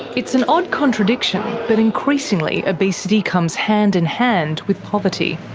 it's an odd contradiction, but increasingly obesity comes hand in hand with poverty.